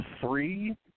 three